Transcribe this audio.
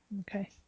Okay